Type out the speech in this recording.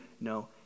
no